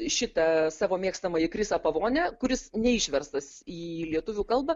šitą savo mėgstamąjį chrisą pavonę kuris neišverstas į lietuvių kalbą